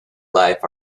life